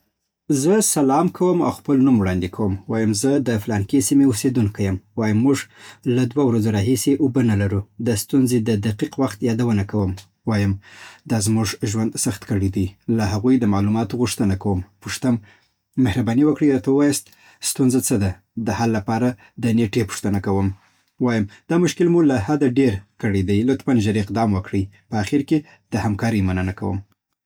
زه سلام کوم او خپل نوم وړاندې کوم. وایم: زه د فلانکي سیمې اوسېدونکی یم. وایم: موږ له دوه ورځو راهیسې اوبه نه لرو. د ستونزې د دقیق وخت یادونه کوم. وایم: دا زموږ ژوند سخت کړی دی. له هغوی د معلوماتو غوښتنه کوم. پوښتم: مهرباني وکړئ، راته ووایاست ستونزه څه ده؟ د حل لپاره د نېټې پوښتنه کوم. وایم: دا مشکل مو له حده ډېر کړیدی، لطفاً ژر اقدام وکړئ. په اخر کې د همکارۍ مننه هم کوم.